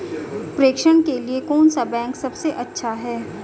प्रेषण के लिए कौन सा बैंक सबसे अच्छा है?